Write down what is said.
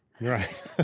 Right